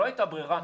לא הייתה ברירה,